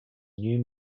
new